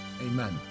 amen